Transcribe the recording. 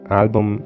album